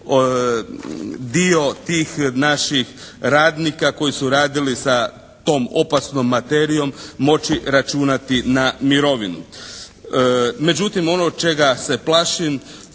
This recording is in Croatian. dio tih naših radnika koji su radili sa tom opasnom materijom moći računati na mirovinu. Međutim ono čega se plašim,